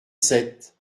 sept